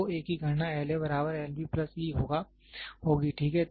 तो a की गणना L A बराबर L B प्लस e होगी ठीक है